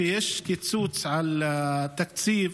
כשיש קיצוץ בתקציב